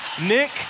Nick